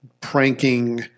pranking